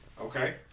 Okay